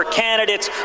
candidates